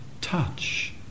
touch